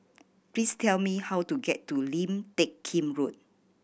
please tell me how to get to Lim Teck Kim Road